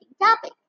topic